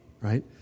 right